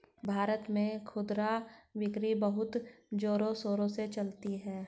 भारत में खुदरा बिक्री बहुत जोरों शोरों से चलती है